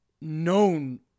known